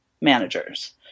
managers